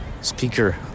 speaker